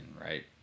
right